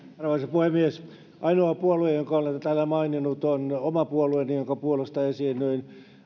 puhemies ainoa puolue jonka olen täällä maininnut on oma puolueeni jonka puolesta esiinnyin